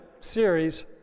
series